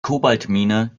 kobaltmine